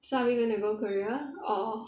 so are we going to go korea or